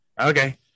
okay